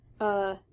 Uh